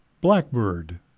Blackbird